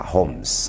Homes